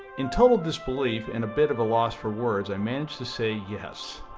in total disbelief and a bit of a loss for words i managed to say yes.